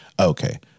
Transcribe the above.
Okay